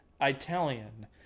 Italian